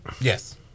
Yes